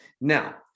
Now